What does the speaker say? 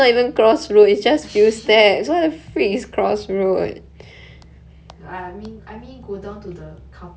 orh far ah ya ya